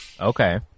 okay